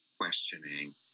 questioning